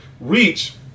reach